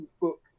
book